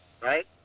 Right